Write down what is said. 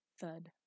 Thud